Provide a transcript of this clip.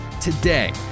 today